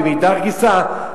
ומאידך גיסא,